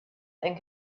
and